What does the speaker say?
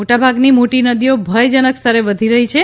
મોટાભાગની મોટી નદીઓ ભય જનક સ્તરે વહી રહી છે